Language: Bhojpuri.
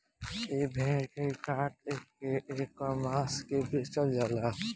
ए भेड़ के काट के ऐकर मांस के बेचल जाला